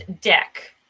deck